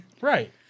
Right